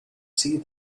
see